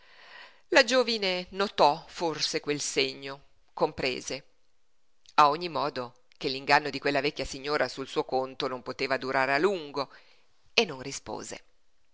la giovine notò forse quel segno comprese a ogni modo che l'inganno di quella vecchia signora sul suo conto non poteva durare a lungo e non rispose